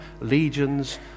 legions